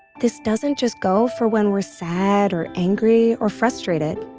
this doesn't just go for when we're sad, or angry, or frustrated